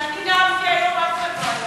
כשאני נאמתי היום אף אחד לא היה,